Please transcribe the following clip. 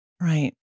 Right